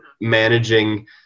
managing